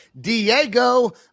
Diego